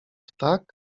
ptak